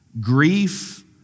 grief